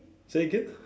say again